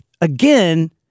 again